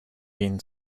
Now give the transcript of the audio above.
been